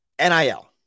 NIL